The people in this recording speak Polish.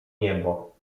niebo